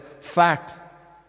fact